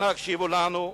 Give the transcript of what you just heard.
אנא הקשיבו לנו.